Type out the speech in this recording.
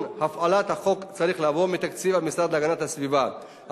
הפעלת החוק צריך לבוא מתקציב המשרד להגנת הסביבה.